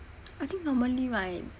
I think normally right